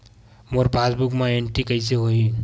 मोर passbook मा entry कइसे होही?